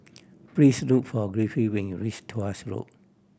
please look for Griffith when you reach Tuas Road